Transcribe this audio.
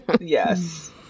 Yes